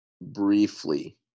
briefly